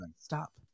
Stop